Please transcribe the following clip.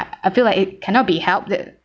I feel like it cannot be helped the